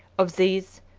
of these,